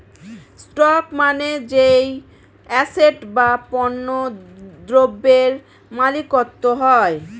stock মানে যেই asset বা পণ্য দ্রব্যের মালিকত্ব হয়